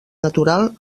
natural